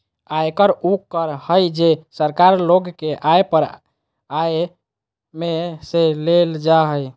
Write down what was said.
आयकर उ कर हइ जे सरकार लोग के आय पर आय में से लेल जा हइ